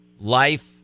life